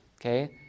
Okay